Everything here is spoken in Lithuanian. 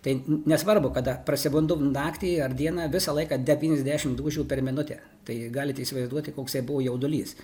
tai nesvarbu kada prasebandu naktį ar dieną visą laiką devyniasdešimt dūžių per minutę tai galite įsivaizduoti koksai buvo jaudulys